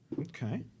Okay